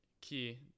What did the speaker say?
key